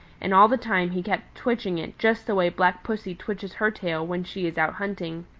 and all the time he kept twitching it just the way black pussy twitches her tail when she is out hunting.